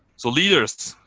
so leaders,